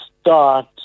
start